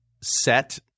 set